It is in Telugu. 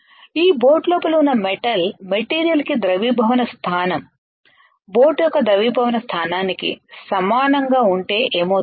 ఈ బోట్ లోపల ఉన్న మెటల్ పదార్థానికి ద్రవీభవన స్థానం బోట్ యొక్క ద్రవీభవన స్థానానికి సమానంగా ఉంటే ఏమవుతుంది